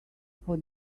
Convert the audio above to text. for